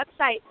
website